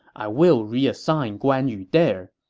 i will reassign guan yu there.